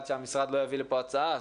עד שהמשרד לא יביא לפה הצעה,